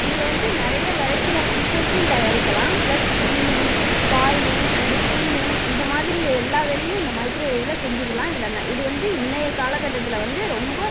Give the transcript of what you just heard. இதில் வந்து நிறைய வெரைட்டி ஆஃப் டிஸ்ஸஸும் தயாரிக்கலாம் plus grilling boiling and steaming இந்த மாதிரி எல்லா வேலையும் இந்த மைக்ரோவேவில் செஞ்சிக்கலாம் இதில் நான் இது வந்து இன்றைய காலக்கட்டத்தில் வந்து ரொம்ப